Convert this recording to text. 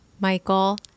Michael